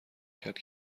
کرد